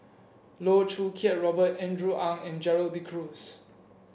Loh Choo Kiat Robert Andrew Ang and Gerald De Cruz